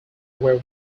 were